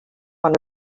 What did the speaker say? one